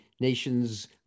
nation's